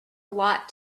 lot